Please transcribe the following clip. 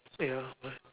ya why